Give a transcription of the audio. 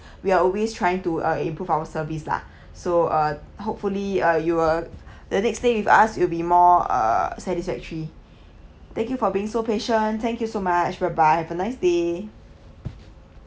we are always trying to uh improve our service lah so uh hopefully uh your the next stay with us will be more uh satisfactory thank you for being so patient thank you so much bye bye have a nice day